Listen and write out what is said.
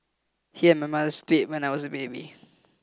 he and my mother split when I was a baby